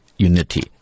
unity